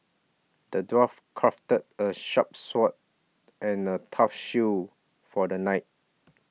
the dwarf crafted a sharp sword and a tough shield for the knight